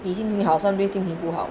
你心情好 some days 心情不好